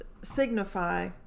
signify